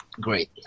great